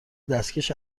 دستکش